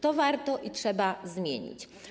To warto i trzeba zmienić.